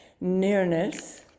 nearness